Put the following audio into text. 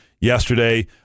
Yesterday